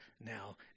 now